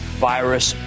Virus